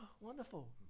wonderful